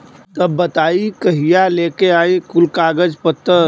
तब बताई कहिया लेके आई कुल कागज पतर?